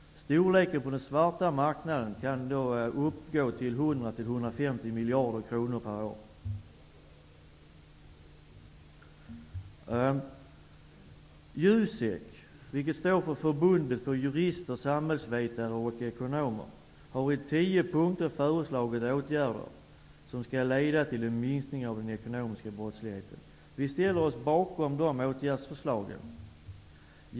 Storleken på den svarta marknaden kan uppgå till 100--150 miljarder kronor per år. JUSEK -- vilket står för Förbundet för jurister, samhällsvetare och ekonomer -- har i tio punkter föreslagit åtgärder som skall leda till en minskning av den ekonomiska brottsligheten. Vi ställer oss bakom de åtgärdsförslagen.